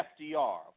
FDR